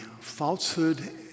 falsehood